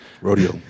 rodeo